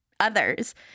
others